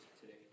today